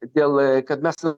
dėl kad mes